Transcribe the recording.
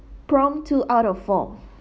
prompt two out of four